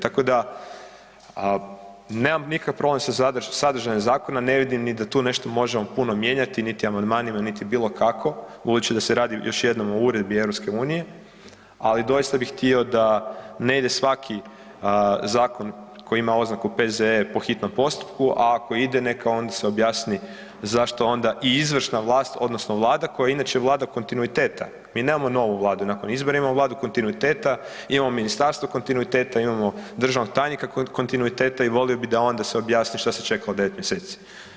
Tako da, a nemam nikakav problem sa sadržajem zakona, ne vidim ni da tu nešto možemo puno mijenjati, niti amandmanima, niti bilo kako budući da se radi, još jednom, o uredbi EU, ali doista bi htio da ne ide svaki zakon koji ima oznaku P.Z.E. po hitnom postupku, a ako ide neka onda se objasni zašto onda i izvršna vlast odnosno vlada koja je inače vlada kontinuiteta, mi nemamo novu vladu, nakon izbora imamo vladu kontinuiteta, imamo ministarstvo kontinuiteta, imamo državnog tajnika kontinuiteta i volio bi da onda se objasni šta se čekalo 9. mjeseci.